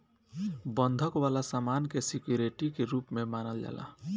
बंधक वाला सामान के सिक्योरिटी के रूप में मानल जाला